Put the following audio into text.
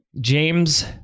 James